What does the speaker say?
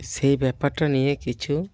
সেই ব্যাপারটা নিয়ে কিছু